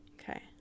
okay